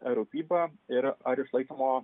rūpyba ir ar išlaikymo